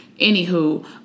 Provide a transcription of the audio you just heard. anywho